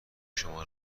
شما